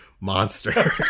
monster